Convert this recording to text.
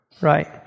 Right